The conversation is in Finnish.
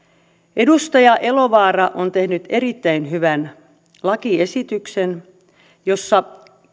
edustaja elovaara on tehnyt erittäin hyvän lakiesityksen jossa